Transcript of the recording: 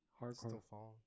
hardcore